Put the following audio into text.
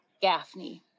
Gaffney